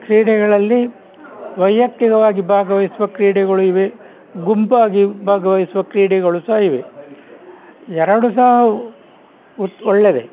ಕ್ರೀಡೆಗಳಲ್ಲಿ ವೈಯಕ್ತಿಕವಾಗಿ ಭಾಗವಹಿಸುವ ಕ್ರೀಡೆಗಳು ಇವೆ ಗುಂಪಾಗಿ ಭಾಗವಹಿಸುವ ಕ್ರೀಡೆಗಳು ಸಹ ಇವೆ ಎರಡು ಸಹ ಉತ್ ಒಳ್ಳೆಯದೆ